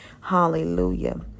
Hallelujah